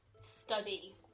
study